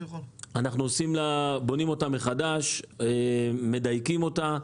אנחנו בונים אותה מחדש, מדייקים אותה.